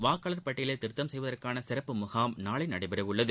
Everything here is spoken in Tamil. வாக்காளர் பட்டியலில் திருத்தம் செய்வதற்கான சிறப்பு முகாம் நாளை நடைபெற உள்ளது